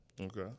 Okay